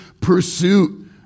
pursuit